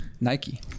Nike